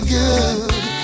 good